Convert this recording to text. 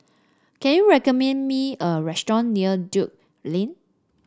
can you recommend me a restaurant near Drake Lane